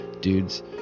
dudes